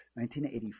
1984